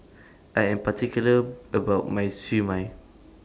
I Am particular about My Siew Mai